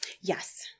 Yes